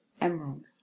Emerald